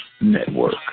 network